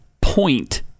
point